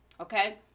Okay